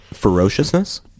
ferociousness